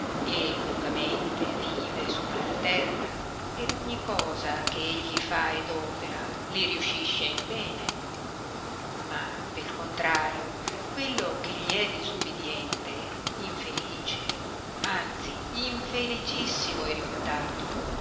e lungamente vive sopra la terra ed ogni cosa che egli fa ed opera li riuscisce in bene ma pe contrario quello che gli è disubidiente infelice anzi infelicissimo è riputato